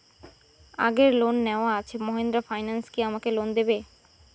আগের লোন নেওয়া আছে মাহিন্দ্রা ফাইন্যান্স কি আমাকে লোন দেবে?